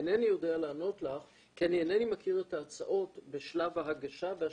אינני יודע לענות לך כי אינני מכיר את ההצעות בשלב ההגשה והשיפוט.